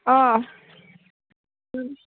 अ